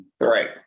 Right